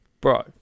bro